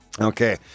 Okay